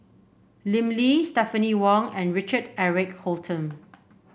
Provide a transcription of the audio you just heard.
Lim Lee Stephanie Wong and Richard Eric Holttum